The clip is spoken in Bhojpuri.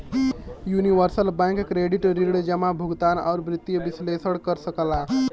यूनिवर्सल बैंक क्रेडिट ऋण जमा, भुगतान, आउर वित्तीय विश्लेषण कर सकला